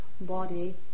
body